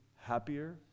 happier